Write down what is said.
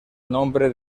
nombre